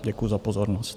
Děkuji za pozornost.